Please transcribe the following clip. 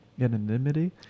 anonymity